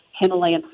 himalayan